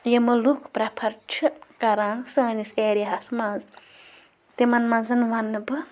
یِم لُکھ پرٛٮ۪فَر چھِ کَران سٲنِس ایریاہَس منٛز تِمَن منٛز وَنہٕ بہٕ